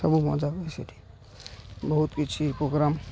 ସବୁ ମଜା ହୁଏ ସେଇଠି ବହୁତ କିଛି ପ୍ରୋଗ୍ରାମ୍